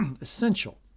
essential